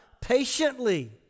patiently